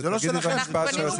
בדיוק.